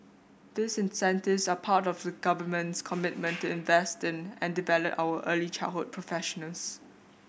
these initiatives are part of the government's commitment to invest in and develop our early childhood professionals